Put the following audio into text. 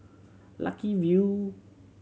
Lucky View